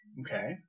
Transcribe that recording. Okay